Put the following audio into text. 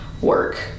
work